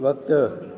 वक्तु